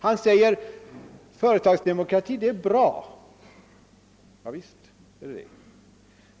Han säger att företagsdemokrati är bra. Ja, visst är den bra.